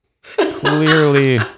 Clearly